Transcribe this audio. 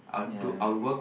ya